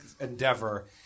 endeavor